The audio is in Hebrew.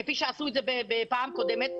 כפי שעשו את זה בפעם הקודמת,